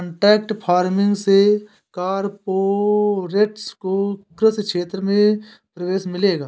contract farming से corporates को कृषि क्षेत्र में प्रवेश मिलेगा